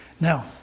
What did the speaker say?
Now